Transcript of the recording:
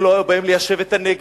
הם לא היו באים ליישב את הנגב,